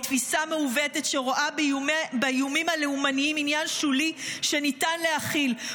מתפיסה מעוותת שרואה באיומים הלאומניים עניין שולי שניתן להכיל,